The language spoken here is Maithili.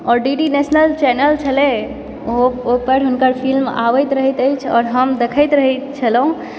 आओर डीडी नेशनल चैनल छलय ओहिपर हुनकर फिल्म आबैत रहैत अछि आओर हम देखैत रहय छलहुँ